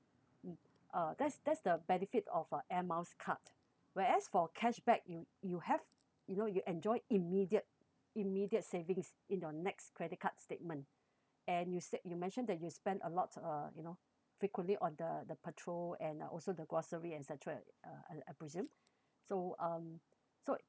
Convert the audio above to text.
uh that's that's the benefit of a air miles card where as for cashback you you have you know you enjoy immediate immediate savings in your next credit card statement and you said you mentioned that you spent a lot uh you know frequently on the the petrol and uh also the grocery et cetera uh uh I presume so um so